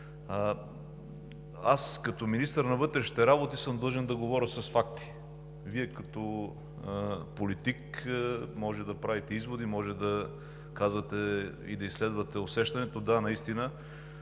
Като министър на вътрешните работи съм длъжен да говоря с факти, а Вие като политик може да правите изводи, може да казвате и да изследвате усещането. Да, наистина